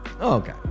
Okay